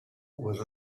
with